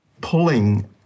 pulling